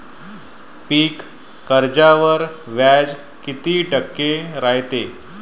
पीक कर्जावर व्याज किती टक्के रायते?